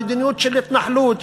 המדיניות של התנחלות,